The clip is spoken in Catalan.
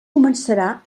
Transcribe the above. començarà